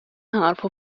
حرفها